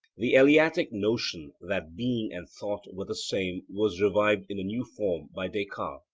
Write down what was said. the eleatic notion that being and thought were the same was revived in a new form by descartes.